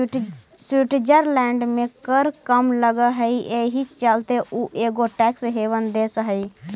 Switzerland में कर कम लग हई एहि चलते उ एगो टैक्स हेवन देश हई